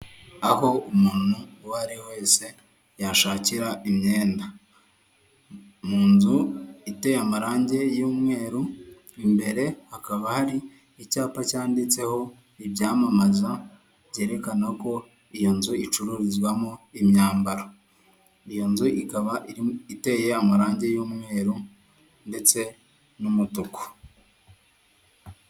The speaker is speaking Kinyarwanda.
Aho umuntu uwariwe wese yashakira imyenda mu nzu iteye amarangi y'umweru imbere hakaba hari icyapa cyanditseho ibyamamaza byerekana ko iyo nzu icururizwamo imyambaro iyo nzu ikaba iteye amarangi y'umweru, ndetse n'umutuku.